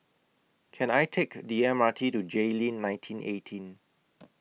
Can I Take The M R T to Jayleen nineteen eighteen